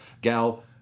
Gal